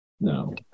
no